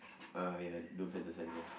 uh ya no